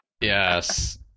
Yes